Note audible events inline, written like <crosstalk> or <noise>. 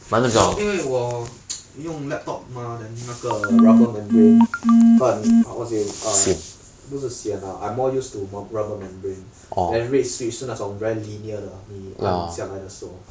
因为我 <noise> 用 laptop mah then 那个 rubber membrane 很 how to say err 不是 sian ah I more use to rubber membrane then red switch 是那种 very linear 的你按下来的时候